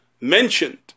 mentioned